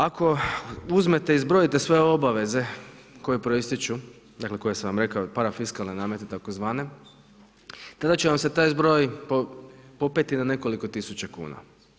Ako uzmete i zbrojite sve obaveze koje proističu, dakle koje sam vam rekao i parafiskalne namete tzv., tada će vam se taj zbroj popeti na nekoliko tisuća kuna.